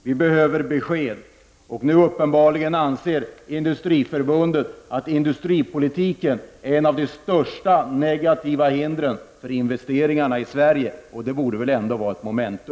Vi behöver besked, och nu anser uppenbarligen Industriförbundet att industripolitiken är ett av de största hindren för investeringarna i Sverige. Det borde väl ändå vara ett memento.